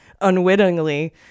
unwittingly